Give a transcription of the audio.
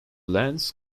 lens